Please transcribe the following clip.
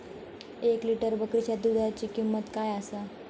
एक लिटर बकरीच्या दुधाची किंमत काय आसा?